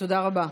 תודה רבה.